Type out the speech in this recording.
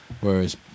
Whereas